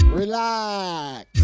relax